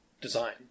design